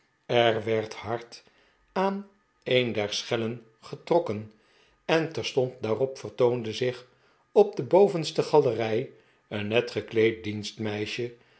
er werd hard aan een der schellen getrokken en terstond daarop vertoonde zich op de bovenste galerij een net